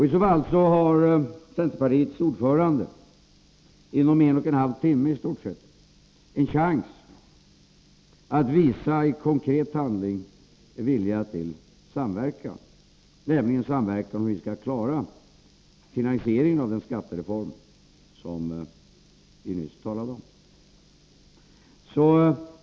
I så fall har centerpartiets ordförande under ungefär en och en halv timme chansen att i konkret handling visa vilja till samverkan i frågan om hur vi skall klara finansieringen av den skattereform som vi nyss har talat om.